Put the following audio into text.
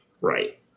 Right